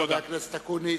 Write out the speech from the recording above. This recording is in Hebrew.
תודה לחבר הכנסת אקוניס.